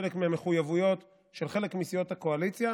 חלק מהמחויבויות של חלק מסיעות הקואליציה,